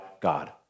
God